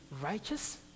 righteous